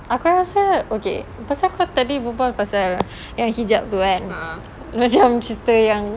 aku rasa okay pasal tadi kau berbual pasal yang hijab tu kan